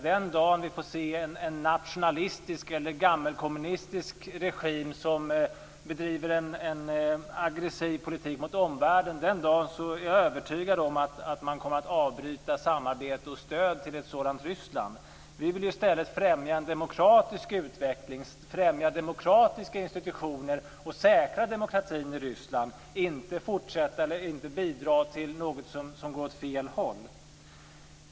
Den dag vi får se en nationalistisk eller gammelkommunistisk regim som bedriver en aggressiv politik mot omvärlden är jag övertygad om att man kommer att avbryta samarbete med och stöd till ett sådant Ryssland. Vi vill i stället främja en demokratisk utveckling, främja demokratiska institutioner och säkra demokratin i Ryssland, inte bidra till något som går åt fel håll.